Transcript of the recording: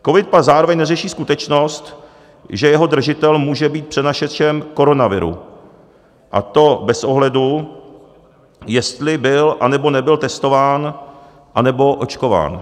Covid pas zároveň neřeší skutečnost, že jeho držitel může být přenašečem koronaviru, a to bez ohledu, jestli byl, anebo nebyl testován anebo očkován.